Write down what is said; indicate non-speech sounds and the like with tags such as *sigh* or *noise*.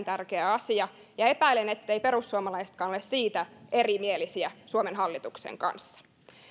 *unintelligible* tärkeä asia ja epäilen etteivät perussuomalaisetkaan ole siitä erimielisiä suomen hallituksen kanssa